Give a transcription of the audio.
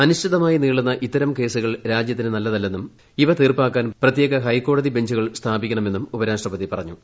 അനിശ്ചിതമായി നീളുന്ന ഇത്തരം കേസുകൾ രാജ്യത്തിന് നല്ല തല്ലെന്നും ഇവ തീർപ്പാക്കാൻ പ്രത്യേക ഹൈക്കോടതി ബഞ്ചുകൾ സ്ഥാപിക്കണമെന്നും ഉപരാഷ്ട്രപതി പറഞ്ഞു